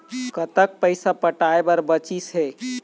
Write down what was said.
कतक पैसा पटाए बर बचीस हे?